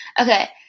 okay